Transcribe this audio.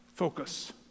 focus